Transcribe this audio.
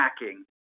hacking